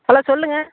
hello சொல்லுங்கள்